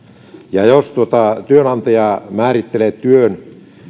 ja jos työnantaja määrittelee työn